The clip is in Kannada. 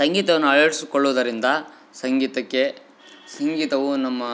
ಸಂಗೀತವನ್ನು ಆಳವಡಿಸಿಕೊಳ್ಳುದರಿಂದ ಸಂಗೀತಕ್ಕೆ ಸಂಗೀತವು ನಮ್ಮಾ